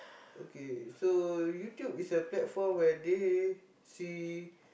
okay so YouTube is a platform where they see